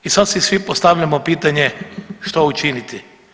I sad si svi postavljamo pitanje što učiniti?